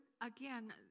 again